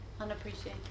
unappreciated